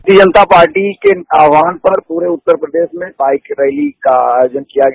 भारतीय जनता पार्टी के आहवान में पूरे उत्तर प्रदेश में बाईक रैली का आयोजन किया गया